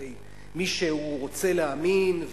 הרי מי שרוצה להאמין,